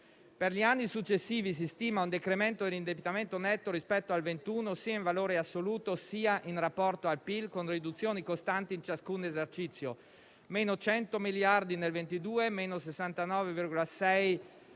Per gli anni successivi si stima un decremento dell'indebitamento netto rispetto al 2021 sia in valore assoluto sia in rapporto al PIL, con riduzioni costanti in ciascun esercizio: meno 100 miliardi nel 2022, meno 69,6 miliardi